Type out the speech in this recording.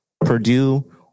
Purdue